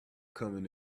coming